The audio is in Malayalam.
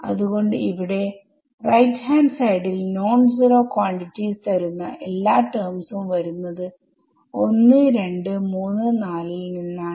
അത്കൊണ്ട് ഇവിടെ RHS ൽ നോൺ സീറോ ക്വാണ്ടിറ്റീസ് തരുന്ന എല്ലാ ടെർമ്സും വരുന്നത് 1234 ൽ നിന്നാണ്